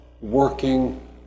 working